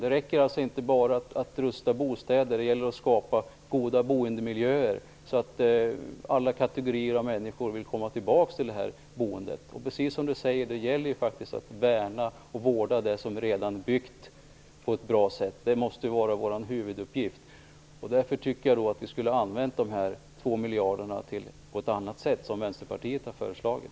Det räcker alltså inte bara att rusta bostäder, utan det gäller att skapa goda boendemiljöer, så att alla kategorier av människor vill komma tillbaka till det här boendet. Det gäller ju, precis som Lennart Nilsson sade, att på ett bra sätt värna och vårda det som redan är byggt. Det måste vara vår huvuduppgift. Därför tycker jag att vi skulle ha använt de 2 miljarderna på ett annat sätt, som Vänsterpartiet har föreslagit.